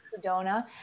Sedona